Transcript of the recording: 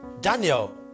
Daniel